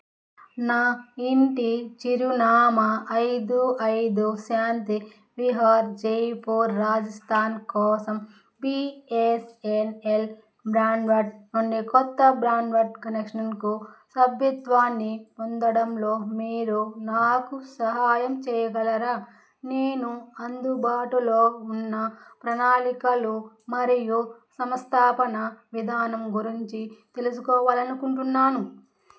నా ఇంటి చిరునామా ఐదు ఐదు శాంతి విహార్ జైపూర్ రాజస్థాన్ కోసం బీఎస్ఎన్ఎల్ బ్రాడ్బ్యాండ్ నుండి కొత్త బ్రాడ్బ్యాండ్ కనెక్షన్కు సభ్యత్వాన్ని పొందడంలో మీరు నాకు సహాయం చేయగలరా నేను అందుబాటులో ఉన్న ప్రణాళికలు మరియు సమస్థాపన విధానం గురించి తెలుసుకోవాలనుకుంటున్నాను